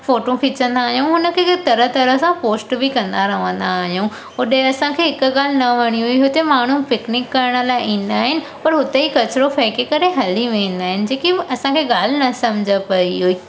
photo खीचंदा आहियूं हुनखे तरह तरह सां पोस्ट बि कंदा रहंदा आहियूं होॾे असांखे हिकु ॻाल्हि न वणी हुते माण्हू पिकनिक करण लाइ ईंदा आहिनि पर हुते ई कचिरो फेकें करे हली वेंदा आहिनि जेकी असांखे ॻाल्हि न सम्झि पई हुई